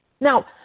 now